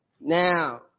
Now